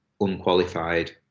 unqualified